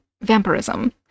vampirism